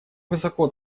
высоко